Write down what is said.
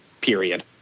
period